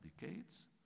decades